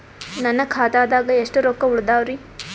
ನನ್ನ ಖಾತಾದಾಗ ಎಷ್ಟ ರೊಕ್ಕ ಉಳದಾವರಿ?